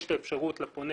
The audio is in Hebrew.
יש את האפשרות לפונה